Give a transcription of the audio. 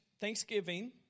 Thanksgiving